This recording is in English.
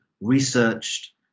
researched